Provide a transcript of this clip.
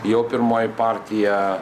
jau pirmoji partija